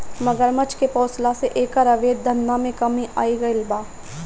मगरमच्छ के पोसला से एकर अवैध धंधा में कमी आगईल बा